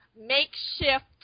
makeshift